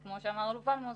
וכמו שאמר האלוף אלמוז,